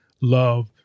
love